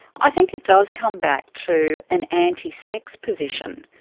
i think it does come back to an anti-sex position.